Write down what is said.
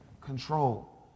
control